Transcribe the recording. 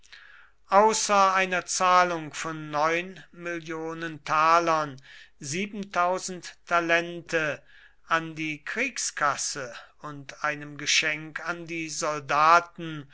außer einer zahlung von mill talern an die kriegskasse und einem geschenk an die soldaten